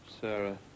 Sarah